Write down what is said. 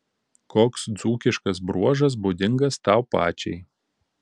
koks dzūkiškas bruožas būdingas tau pačiai